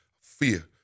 fear